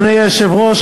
אדוני היושב-ראש,